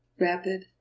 rapid